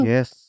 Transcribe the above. Yes